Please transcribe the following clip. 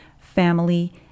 family